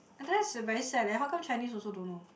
that's very sad leh how come Chinese also don't know